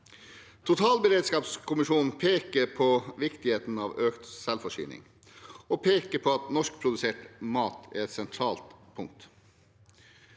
Totalberedskapskommisjonen peker på viktigheten av økt selvforsyning og på at norskprodusert mat er et sentralt punkt.